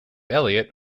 eliot